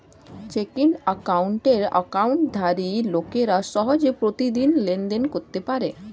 checking অ্যাকাউন্টের অ্যাকাউন্টধারী লোকেরা সহজে প্রতিদিন লেনদেন করতে পারে